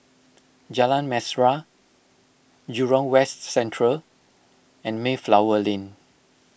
Jalan Mesra Jurong West Central and Mayflower Lane